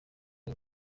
iyi